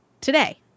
today